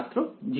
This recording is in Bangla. ছাত্র g